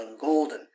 golden